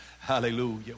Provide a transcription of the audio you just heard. Hallelujah